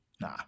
Nah